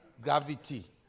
Gravity